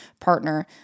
partner